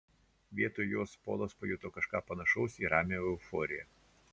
vietoj jos polas pajuto kažką panašaus į ramią euforiją